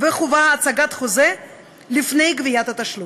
וחובת הצגת חוזה לפני גביית תשלום.